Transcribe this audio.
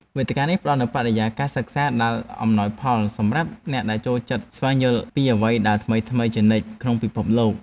វេទិកានេះផ្តល់នូវបរិយាកាសសិក្សាដែលអំណោយផលសម្រាប់អ្នកដែលចូលចិត្តស្វែងយល់ពីអ្វីដែលថ្មីៗជានិច្ចក្នុងពិភពលោក។